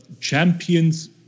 champion's